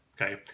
okay